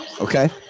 okay